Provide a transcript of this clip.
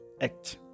act